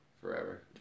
forever